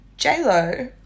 J-Lo